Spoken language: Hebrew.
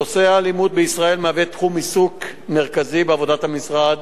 נושא האלימות בישראל מהווה תחום עיסוק מרכזי בעבודת המשרד